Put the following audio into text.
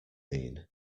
mean